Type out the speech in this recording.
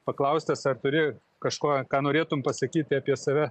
paklaustas ar turi kažkuo ką norėtumei pasakyti apie save